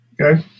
Okay